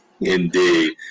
Indeed